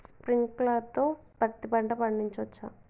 Sprinkler తో పత్తి పంట పండించవచ్చా?